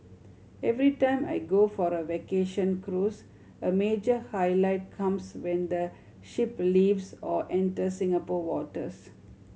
every time I go for a vacation cruise a major highlight comes when the ship leaves or enters Singapore waters